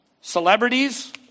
Celebrities